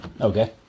Okay